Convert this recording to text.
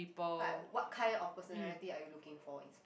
like what kind of personality are you looking for is